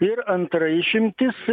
ir antra išimtis